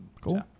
Cool